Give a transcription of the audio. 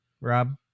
Rob